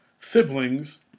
siblings